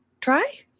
try